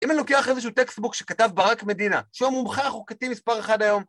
אם אני לוקח איזשהו טקסטבוק שכתב ברק מדינה, שהיום הוא מומחה החוקתי מספר אחד היום...